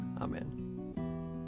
Amen